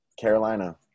Carolina